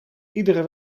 iedere